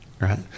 right